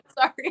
sorry